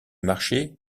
marchais